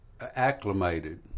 acclimated